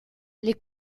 les